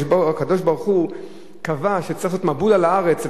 שהקדוש-ברוך-הוא קבע שצריך להביא מבול על הארץ,